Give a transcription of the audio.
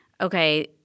okay